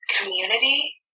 community